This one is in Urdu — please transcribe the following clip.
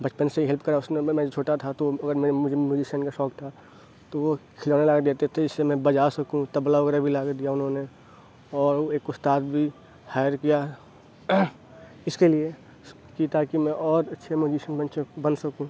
بچپن سے ہی ہیلپ کرا اس نے میں چھوٹا تھا تو اگر مجھے میوزیشین کا شوق تھا تو وہ کھلونا لاکر دیتے تھے جسے میں بجا سکوں تبلہ وغیرہ بھی لاکر دیا انہوں نے اور ایک استاد بھی ہائر کیا اس کے لیے کہ تاکہ میں اور اچھے میوزیشین بن سکوں